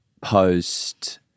post –